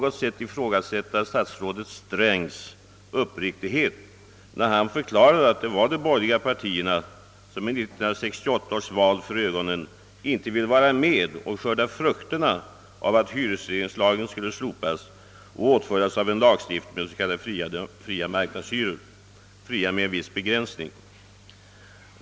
Jag vill inte ifrågasätta statsrådet Strängs uppriktighet när han förklarade att det var de borgerliga partierna som, med 1968 års val för ögonen, inte bara ville skörda frukterna av att hyresregleringslagen skulle slopas och åtföljas av en lagstiftning med s.k. fria marknadshyror — dock fria med en viss begränsning.